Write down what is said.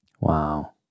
Wow